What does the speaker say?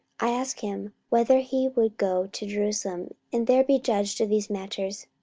i asked him whether he would go to jerusalem, and there be judged of these matters.